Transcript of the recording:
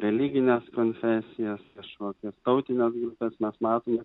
religines konfesijas kažkokias tautines grupes mes matome